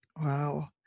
Wow